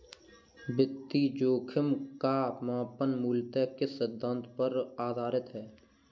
वित्तीय जोखिम का मापन मूलतः किस सिद्धांत पर आधारित है?